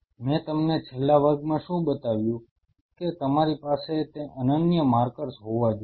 મેં તમને છેલ્લા વર્ગમાં શું બતાવ્યું કે તમારી પાસે તે અનન્ય માર્કર્સ હોવા જોઈએ